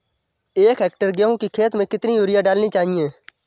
एक हेक्टेयर गेहूँ की खेत में कितनी यूरिया डालनी चाहिए?